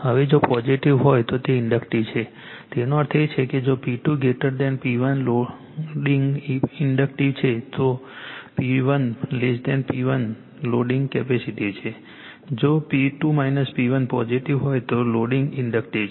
હવે જો પોઝિટિવ હોય તો તે ઇન્ડક્ટિ છે તેનો અર્થ એ કે જો P2 P1 લોડિંગ ઇન્ડક્ટિવ છે જો P2 P1 લોડિંગ કેપેસિટીવ છે જો P2 P1 પોઝિટિવ હોય તો લોડિંગ ઇન્ડક્ટિવ છે